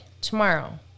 Tomorrow